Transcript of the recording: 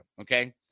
okay